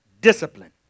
Discipline